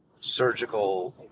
surgical